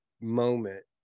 moment